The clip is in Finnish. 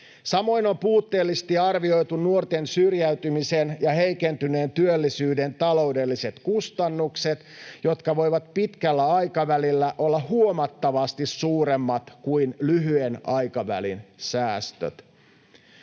Samoin on puutteellisesti arvioitu nuorten syrjäytymisen ja heikentyneen työllisyyden taloudelliset kustannukset, jotka voivat pitkällä aikavälillä olla huomattavasti suuremmat kuin lyhyen aikavälin säästöt.